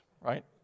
right